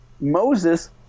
Moses